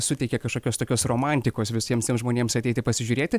suteikia kažkokios tokios romantikos visiems tiems žmonėms ateiti pasižiūrėti